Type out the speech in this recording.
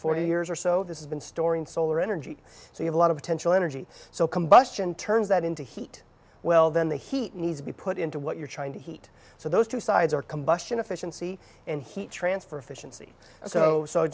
forty years or so this has been storing solar energy so you have a lot of potential energy so combustion turns that into heat well then the heat needs to be put into what you're trying to heat so those two sides are combustion efficiency and heat transfer efficiency so